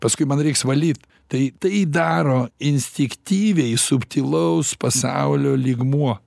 paskui man reiks valyt tai tai daro instiktyviai subtilaus pasaulio lygmuo